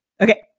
Okay